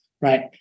right